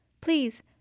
Please